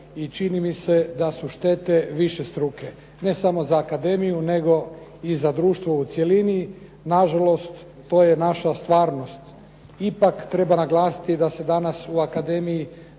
i čini mi se da su štete višestruke, ne samo za akademiju nego i za društvo u cjelini, nažalost to je naša stvarnost. Ipak treba naglasiti da se danas u akademiji